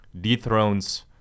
dethrones